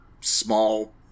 small